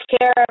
care